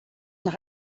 nach